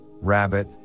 rabbit